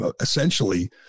essentially